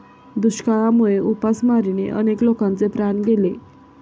दुष्काळामुळे उपासमारीने अनेक लोकांचे प्राण गेले